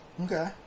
Okay